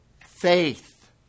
Faith